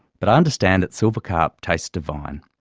but i understand that silver carp tastes divine,